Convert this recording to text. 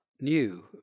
new